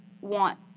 want